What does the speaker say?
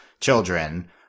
children